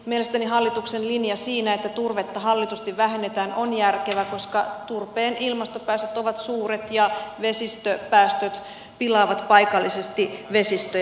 mielestäni hallituksen linja siinä että turvetta hallitusti vähennetään on järkevä koska turpeen ilmastopäästöt ovat suuret ja vesistöpäästöt pilaavat paikallisesti vesistöjä